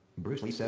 bruce lee. so